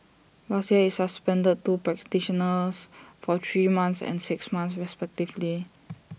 last year IT suspended the two practitioners for three months and six months respectively